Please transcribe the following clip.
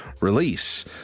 release